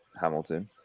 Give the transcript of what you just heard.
Hamilton